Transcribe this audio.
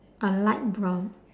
a light brown